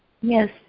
Yes